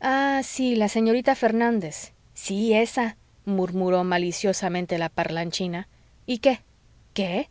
ah sí la señorita fernández sí esa murmuró maliciosamente la parlanchina y qué qué